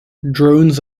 drones